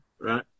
right